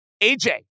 AJ